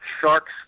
sharks